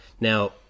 Now